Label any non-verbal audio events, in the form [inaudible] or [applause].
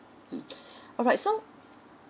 mm [breath] alright so